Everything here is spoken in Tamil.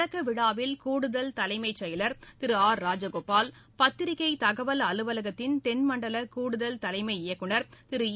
தொடக்கவிழாவில் கூடுதல் தலைமைச் செயலர் திரு ஆர் ராஜகோபால் பத்திரிகை தகவல் அலுவலகத்தின் தென்மண்டல கூடுதல் தலைமை இயக்குனர் திரு இ